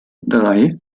drei